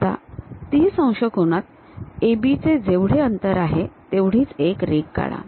आता ३० अंश कोनात AB चे जेवढे अंतर आहे तेवढीच एक रेघ काढा